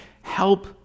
help